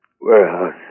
Warehouse